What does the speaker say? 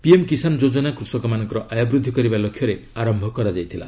PM Kisan Yojana କୃଷକମାନଙ୍କର ଆୟ ବୃଦ୍ଧି କରିବା ଲକ୍ଷ୍ୟରେ ଆରମ୍ଭ କରାଯାଇଥିଲା